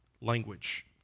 language